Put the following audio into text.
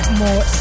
more